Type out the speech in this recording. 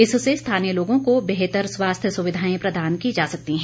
इससे स्थानीय लोगों को बेहतर स्वास्थ्य सुविधाएं प्रदान की जा सकती हैं